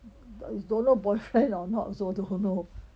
but it's don't know boyfriend or not so don't know